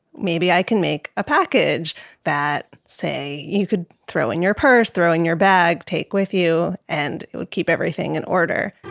maybe i can make a package that, say, you could throw in your purse, throw in your bag, take with you and it would keep everything in order.